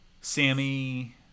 Sammy